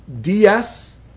DS